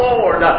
Lord